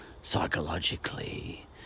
Psychologically